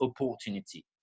opportunity